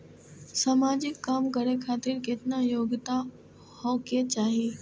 समाजिक काम करें खातिर केतना योग्यता होके चाही?